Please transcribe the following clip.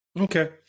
Okay